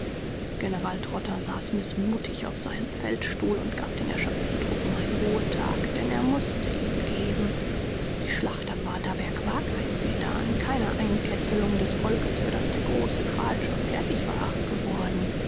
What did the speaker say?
general trotha saß mißmutig auf seinem feldstuhl und gab den erschöpften truppen einen ruhetag denn er mußte ihn geben die schlacht am waterberg war kein sedan keine einkesselung des volks für das der große kral schon fertig war geworden